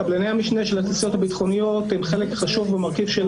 קבלני המשנה של התעשיות הביטחוניות הם חלק חשוב במרכיב של